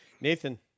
nathan